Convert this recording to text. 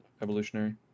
Evolutionary